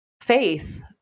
faith